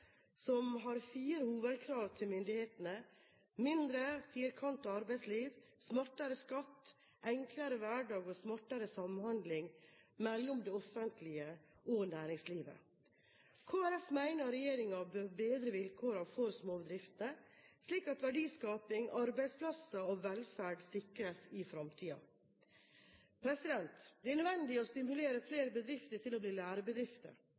som har fire hovedkrav til myndighetene: mindre firkantet arbeidsliv, smartere skatt, enklere hverdag og smartere samhandling mellom det offentlige og næringslivet. Kristelig Folkeparti mener regjeringen bør bedre vilkårene for småbedriftene, slik at verdiskaping, arbeidsplasser og velferd sikres i fremtiden. Det er nødvendig å stimulere flere bedrifter til å bli lærebedrifter.